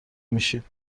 میشید